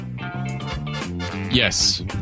Yes